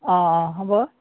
অঁ অঁ হ'ব